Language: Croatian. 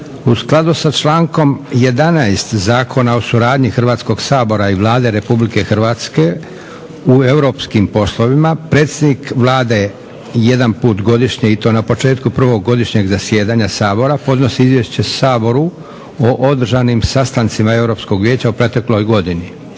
U skladu sa člankom 11. Zakona o suradnji Hrvatskoga sabora i Vlade Republike Hrvatske u europskim poslovima predsjednik Vlade jedan put godišnje i to na početku prvog godišnjeg zasjedanja Sabora podnosi izvješće Saboru o održanim sastancima Europskog vijeća o protekloj godini.